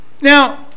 now